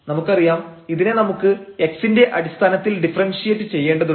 നമുക്കറിയാം ഇതിനെ നമുക്ക് x ന്റെ അടിസ്ഥാനത്തിൽ ഡിഫറെൻഷിയേറ്റ് ചെയ്യേണ്ടതുണ്ട്